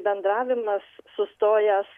bendravimas sustojęs